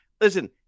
listen